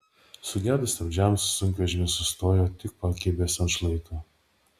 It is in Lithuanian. sugedus stabdžiams sunkvežimis sustojo tik pakibęs ant šlaito